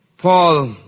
Paul